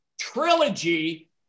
Trilogy